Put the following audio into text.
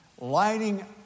Lighting